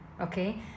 okay